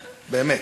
באמת.